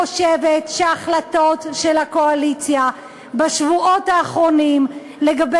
אני חושבת שההחלטות של הקואליציה בשבועות האחרונים לגבי